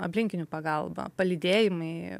aplinkinių pagalba palydėjimai